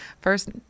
first